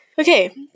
Okay